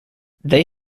they